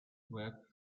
work